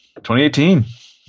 2018